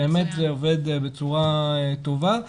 באמת זה עובד בצורה טובה.